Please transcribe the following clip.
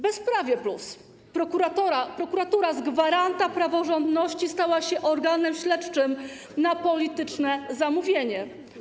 Bezprawie+ - prokuratura z gwaranta praworządności stała się organem śledczym na polityczne zamówienie.